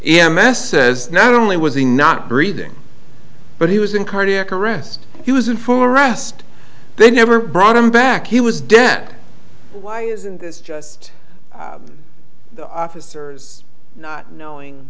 a m s says not only was he not breathing but he was in cardiac arrest he was in for a rest they never brought him back he was dead why isn't this just the officers not knowing